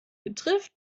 betrifft